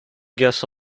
guess